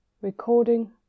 Recording